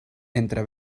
entre